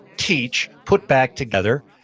teach, put back together,